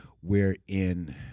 wherein